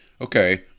Okay